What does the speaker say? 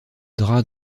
drap